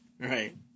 right